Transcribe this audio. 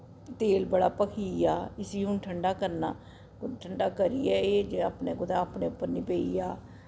तेल बड़ा भखी गेआ इस्सी हून ठंडा करना ठंडा करियै एह् जे अपने कुतै अपने उप्पर निं पेई जा